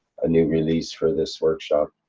a new release for this workshop.